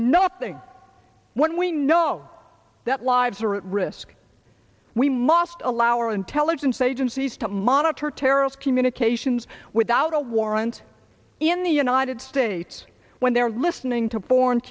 nothing when we know that lives are at risk we must allow our intelligence agencies to monitor terrorist communications without a warrant in the united states when they're listening to foreign